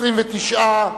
29,